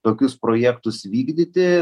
tokius projektus vykdyti